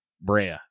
Brea